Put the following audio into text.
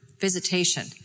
visitation